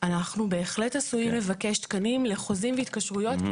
אנחנו בהחלט עשויים לבקש תקנים לחוזים והתקשרויות,